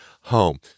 home